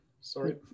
Sorry